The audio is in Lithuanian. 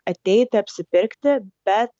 ateiti apsipirkti bet